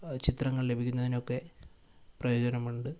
ചിത്രങ്ങൾ ലഭിക്കുന്നതിനൊക്കെ പ്രയോജനം ഉണ്ട്